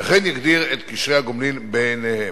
וכן יגדיר את קשרי הגומלין ביניהם".